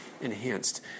enhanced